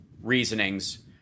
reasonings